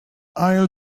ilse